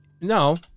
No